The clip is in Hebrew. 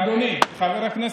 אדוני חבר הכנסת,